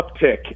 uptick